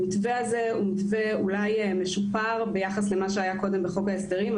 המתווה הזה הוא אולי מתווה משופר ביחס למה שהיה קודם בחוק ההסדרים,